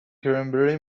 کرنبری